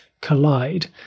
collide